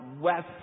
west